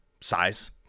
Size